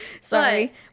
sorry